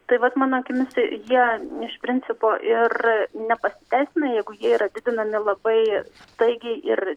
tai vat mano akimis jie iš principo ir nepasiteisina jeigu jie yra didinami labai staigiai ir